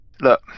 look